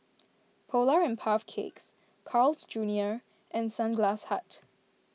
Polar and Puff Cakes Carl's Junior and Sunglass Hut